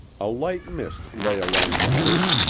a light mist lay along the earth,